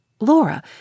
Laura